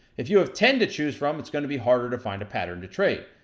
if you have ten to choose from, it's gonna be harder to find a pattern to trade.